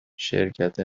شرکت